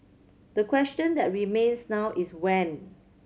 the question that remains now is when